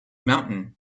mountain